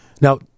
Now